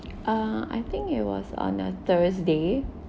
uh I think it was on a thursday